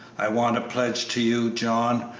i want to pledge to you, john,